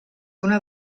una